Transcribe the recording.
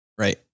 Right